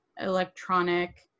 electronic